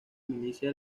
milicia